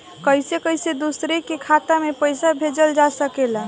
कईसे कईसे दूसरे के खाता में पईसा भेजल जा सकेला?